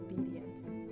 obedience